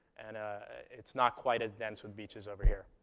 and ah it's not quite as dense with beaches over here.